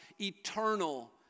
eternal